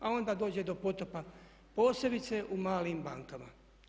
A onda dođe do potopa posebice u malim bankama.